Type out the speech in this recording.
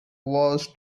wars